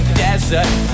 desert